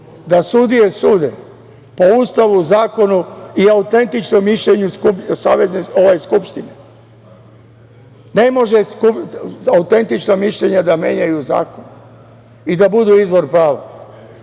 da sudije sude po Ustavu, zakonu i autentičnom mišljenju Skupštine. Ne može autentična mišljenja da menjaju zakon i da budu izvor prava.